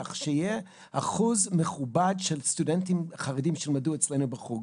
שיהיה אחוז מכובד של סטודנטים חרדים שילמדו אצלנו בחוג.